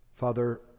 Father